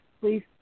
please